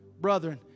brethren